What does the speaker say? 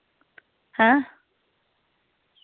हैं